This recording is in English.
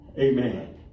Amen